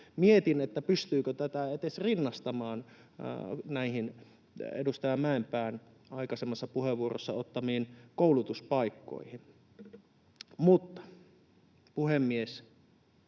Mietin, pystyykö tätä edes rinnastamaan näihin edustaja Mäenpään aikaisemmassa puheenvuorossa esiin ottamiin koulutuspaikkoihin. Mutta, puhemies,